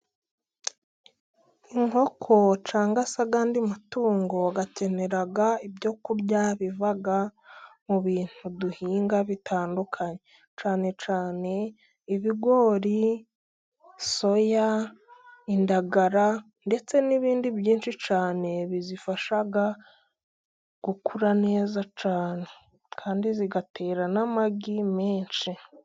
Inkoko cyangwa se ayandi matungo, akenera ibyokurya biva mu bintu duhinga bitandukanye, cyane cyane ibigori, soya, indagara ndetse n'ibindi byinshi cyane, bizifasha gukura neza cyane kandi zigatera n'amagi menshi.